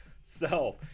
self